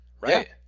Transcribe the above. Right